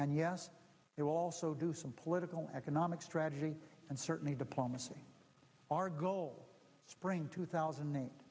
and yes they also do some political economic strategy and certainly diplomacy our goal spring two thousand